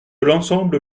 l’ensemble